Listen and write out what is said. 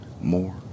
more